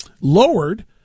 lowered